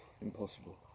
impossible